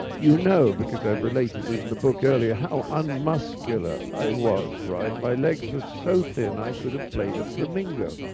you know, because i've related in the book earlier, how unmuscular i was, right? my legs were so thin, i could have played a flamingo.